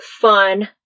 fun